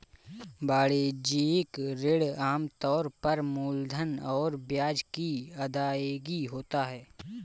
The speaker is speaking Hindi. वाणिज्यिक ऋण आम तौर पर मूलधन और ब्याज की अदायगी होता है